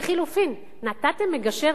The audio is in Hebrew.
לחלופין, נתתם מגשר?